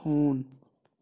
ہوٗن